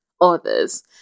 others